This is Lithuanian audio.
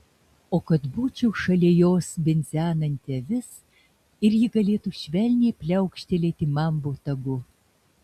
o kad būčiau šalia jos bidzenanti avis ir ji galėtų švelniai pliaukštelėti man botagu